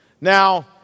Now